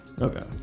Okay